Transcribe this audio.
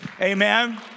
amen